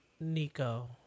Nico